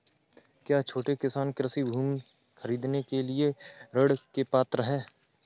क्या छोटे किसान कृषि भूमि खरीदने के लिए ऋण के पात्र हैं?